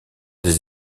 des